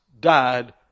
died